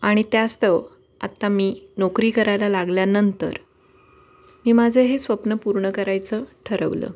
आणि त्यास्तव आत्ता मी नोकरी करायला लागल्यानंतर मी माझं हे स्वप्न पूर्ण करायचं ठरवलं